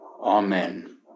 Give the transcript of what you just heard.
Amen